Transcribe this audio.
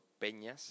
peñas